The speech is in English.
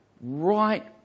right